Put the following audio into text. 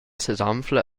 sesanfla